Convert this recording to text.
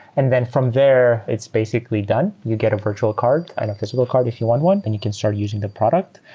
and then from there, it's basically done. you get a virtual card and a physical card if you want one, then you can start using the product.